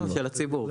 לא, של הציבור.